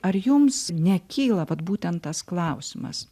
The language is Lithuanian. ar jums nekyla vat būtent tas klausimas